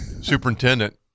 superintendent